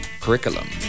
curriculum